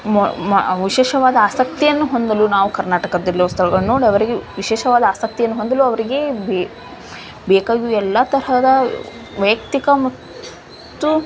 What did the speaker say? ಮ ಮ ವಿಶೇಷವಾದ ಆಸಕ್ತಿಯನ್ನು ಹೊಂದಲು ನಾವು ಕರ್ನಾಟಕದಲ್ಲಿರುವ ಸ್ಥಳಗಳನ್ನು ನೋಡಿ ಅವರಿಗೆ ವಿಶೇಷವಾದ ಆಸಕ್ತಿಯನ್ನು ಹೊಂದಲು ಅವರಿಗೆ ಬೇಕಾಗಿರುವ ಎಲ್ಲ ತರಹದ ವೈಯಕ್ತಿಕ ಮತ್ತು